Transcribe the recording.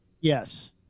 yes